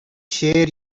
share